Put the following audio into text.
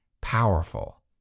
powerful